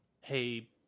hey